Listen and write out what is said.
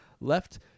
left